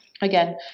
again